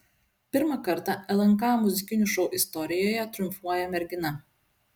pirmą kartą lnk muzikinių šou istorijoje triumfuoja mergina